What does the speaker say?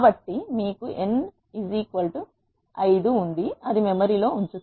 కాబట్టి మీకు n 5 ఉంది అది మెమరీ లో ఉంచుతుంది